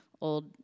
old